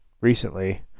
recently